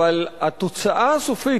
אבל התוצאה הסופית,